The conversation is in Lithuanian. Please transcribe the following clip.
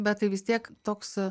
bet tai vis tiek toks